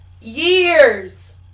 years